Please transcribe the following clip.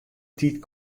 tiid